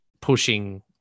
pushing